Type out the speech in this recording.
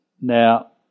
Now